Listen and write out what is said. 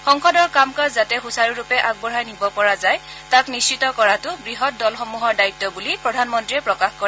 সংসদৰ কাম কাজ যাতে সুচাৰুৰূপে আগবঢ়াই নিব পৰা যায় তাক নিশ্চিত কৰাটো বৃহৎ দলসমূহৰ দায়িত্ব বুলি প্ৰধানমন্ত্ৰীয়ে প্ৰকাশ কৰে